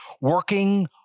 working